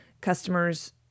customers